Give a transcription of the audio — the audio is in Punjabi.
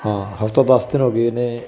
ਹਾਂ ਹਫ਼ਤਾ ਦਸ ਦਿਨ ਹੋ ਗਏ ਨੇ